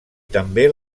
també